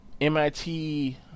MIT